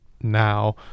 now